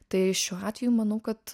tai šiuo atveju manau kad